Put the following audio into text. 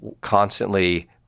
constantly